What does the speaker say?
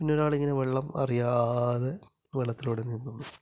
പിന്നെ ഒരാള് ഇങ്ങനെ വെള്ളം അറിയാതെ വെള്ളത്തിലൂടെ നീന്തുന്നു